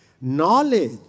Knowledge